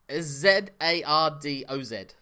z-a-r-d-o-z